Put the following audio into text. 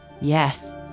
Yes